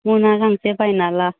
मना गांसे बायना ला